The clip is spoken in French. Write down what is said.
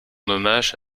hommage